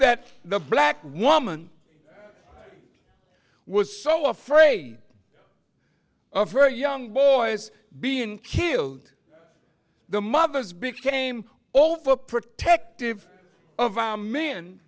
that the black woman was so afraid of her young boys being killed the mothers became all for protective of our men